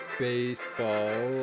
baseball